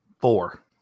Four